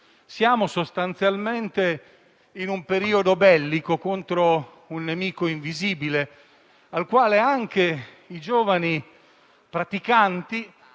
Siamo sostanzialmente in un periodo bellico contro un nemico invisibile, in cui anche i giovani praticanti